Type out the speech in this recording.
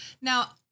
Now